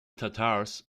tatars